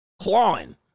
clawing